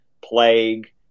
plague